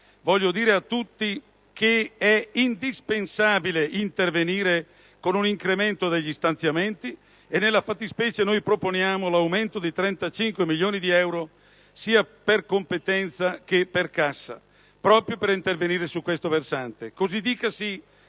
voglio dire a tutti che è indispensabile un incremento degli stanziamenti. Nella fattispecie, proponiamo un aumento di 35 milioni di euro, sia per competenza che per cassa, proprio per intervenire su questo versante.